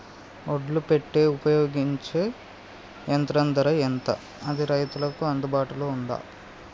ఒడ్లు పెట్టే ఉపయోగించే యంత్రం ధర ఎంత అది రైతులకు అందుబాటులో ఉందా?